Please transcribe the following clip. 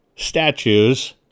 Statues